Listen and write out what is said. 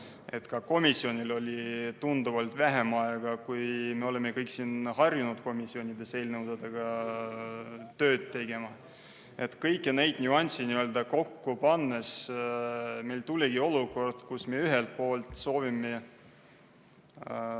et ka komisjonil oli tunduvalt vähem aega, kui me oleme kõik siin harjunud komisjonides eelnõudega tööd tegema. Kõiki neid nüansse kokku pannes meil tekkiski olukord, kus me ühelt poolt soovime